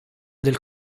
del